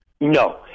No